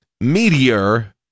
Meteor